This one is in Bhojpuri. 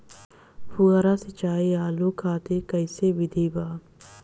फुहारा सिंचाई आलू खातिर कइसन विधि बा?